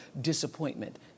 disappointment